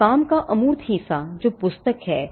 तो काम का अमूर्त हिस्सा जो पुस्तक है